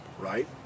right